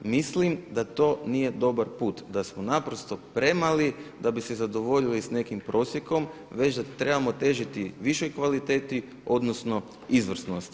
Mislim da to nije dobar put, da smo naprosto premali da bi se zadovoljili sa nekim prosjekom već da trebamo težiti viškoj kvaliteti odnosno izvrsnosti.